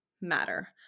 matter